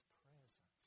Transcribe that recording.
presence